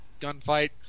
gunfight